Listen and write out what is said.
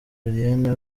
julienne